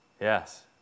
Yes